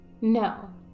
No